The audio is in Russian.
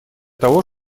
того